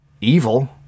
evil